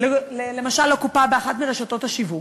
למשל, לקופה באחת מרשתות השיווק,